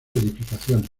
edificaciones